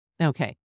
Okay